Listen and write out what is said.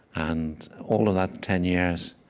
and all of that ten years,